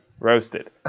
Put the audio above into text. Roasted